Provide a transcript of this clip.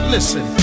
Listen